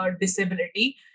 disability